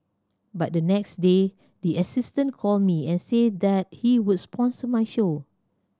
but the next day the assistant called me and said that he would sponsor my show